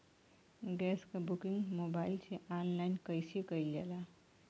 Gas क booking mobile से online कईसे कईल जाला?